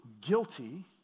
guilty